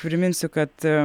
priminsiu kad aaa